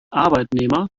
arbeitnehmer